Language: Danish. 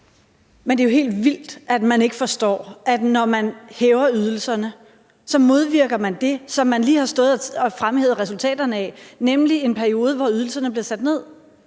Men det er jo helt vildt, at ordføreren ikke forstår, at når man hæver ydelserne, så modvirker man det, som ordføreren lige har stået og fremhævet resultaterne af, nemlig resultaterne af en periode, hvor ydelserne blev sat ned.